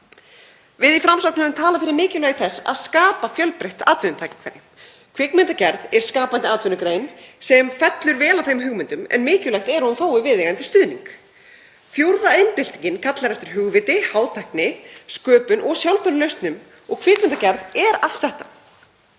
Við í Framsókn höfum talað fyrir mikilvægi þess að skapa fjölbreytt atvinnutækifæri. Kvikmyndagerð er skapandi atvinnugrein sem fellur vel að þeim hugmyndum en mikilvægt er að hún fái viðeigandi stuðning. Fjórða iðnbyltingin kallar eftir hugviti, hátækni, sköpun og sjálfbærum lausnum og kvikmyndagerð er allt þetta.